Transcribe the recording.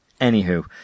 anywho